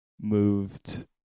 moved